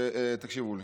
תקשיבו לי,